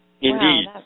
Indeed